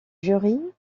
jury